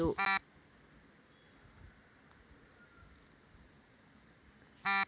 ಗದ್ದೆಗೆ ಹಸಿ ಗೊಬ್ಬರ ಹಾಕಿ ಮಿಶ್ರಣ ಮಾಡಲು ಎಂತದು ಉಪಕರಣ ಉಂಟು?